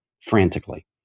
frantically